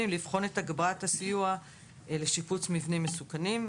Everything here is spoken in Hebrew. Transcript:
לבחון את הגברת הסיוע לשיפוץ מבנים מסוכנים.